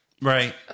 Right